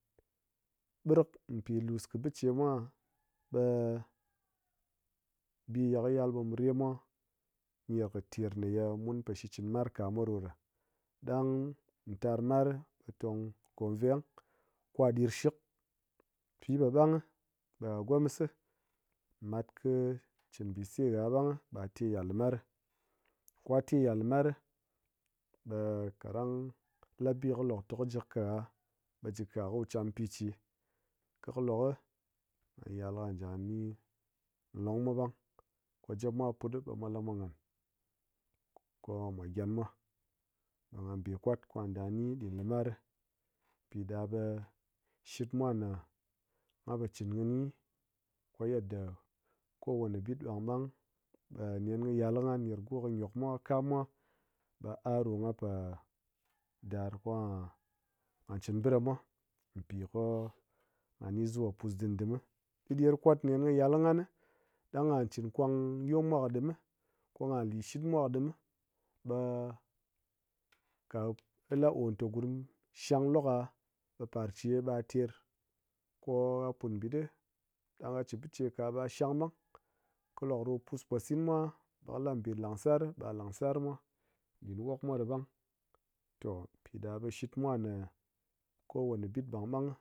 Ɓrik pi lus kɨ pichemwa ɓe-e bi ye mu yal ɓe mu remwa ner kɨ ter ye mun po shikchɨn mar ka mwa ɗo ɗa ɗang tar mar ɓe tong ko veng kwa ɗirshik, pi po ɓang gyi ɓe ha gomis si, mat kɨ chin mbise ha ɓangyi ɓa ha te yit'ar limar ri, kwa te yit'ar limari ɓe kaɗang la bi lokɓe kɨ ji katha ɓe lokji kat ha ko wu cham piche, ko kɨ lok ɓe ngha be ka̱ da ni longmwa ɓang kɨ jap mwa puɗi ɓe mwa lamwa nghan komwa gyenmwa ɓe ngha be kwat kɨ gha da ni ɗin limar piɗaɓe shitmwa ne nghan pochin kini ko yedda kowae ɓit ɓang ɓang ɓe nen kɨ yal kɨ ngha ner go kɨ nyok mwa kɨ kammwa ɓe a’ ɗo ngha po dar ka̱ chin ɓiɗamwa piko ngha ni zuwa pus dim dim mi ɗiɗer kwat nen kɨ yal kɨ nghani ɗang gha chin kwang yom mwa kɨ ɗimi ɗider kwat nen kɨ yal kɨ nghani ɗang ha chin kwang yom mwa kɨ ɗim mi ko ngha lishitmwa kɨ dim mi ɓe ka kɨ la'o ta gurm shang lok'a ɓe parche ɓa'a ter ko-o ha put mbitɗi ko ha chin mbicheka ɓa ha shang ɓang kɨ lokɗo pus posin mwa ɓe kɨ labi langsar ɓe ha langsarmwa ɗin wokmwa ɗi ɓang to piɗa ɓe shitmwa na kowane ɓit ɓang ɓang